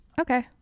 Okay